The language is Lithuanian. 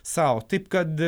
sau taip kad